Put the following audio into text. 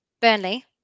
Burnley